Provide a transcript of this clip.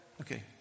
Okay